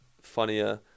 funnier